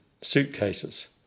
suitcases